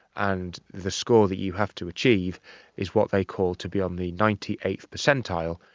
and the score that you have to achieve is what they call to be on the ninety eighth percentile,